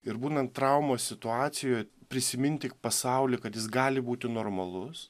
ir būnant traumos situacijoj prisiminti pasaulį kad jis gali būti normalus